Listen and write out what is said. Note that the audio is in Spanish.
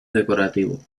decorativo